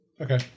Okay